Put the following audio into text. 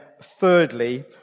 thirdly